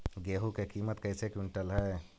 गेहू के किमत कैसे क्विंटल है?